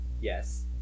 yes